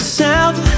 south